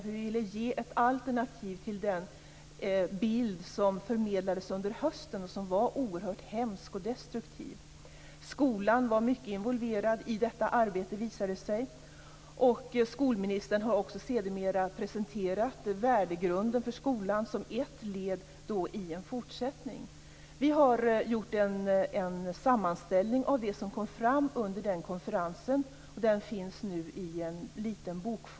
Vi ville ge ett alternativ till den bild som förmedlades under hösten som var oerhört hemsk och destruktiv. Det visade sig att skolan var mycket involverad i detta arbete. Skolministern har också sedermera presenterat värdegrunden för skolan som ett led i en fortsättning. Vi har gjort en sammanställning av det som kom fram under den konferensen. Det finns nu i en liten bok.